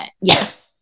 Yes